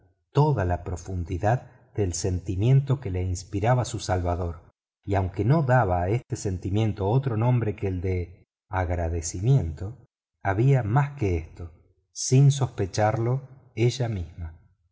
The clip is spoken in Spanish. toda la profundidad del sentimiento que le inspiraba su salvador y aunque no daba a este sentimiento otro nombre que el de agradecimiento había más que esto sin sospecharlo ella misma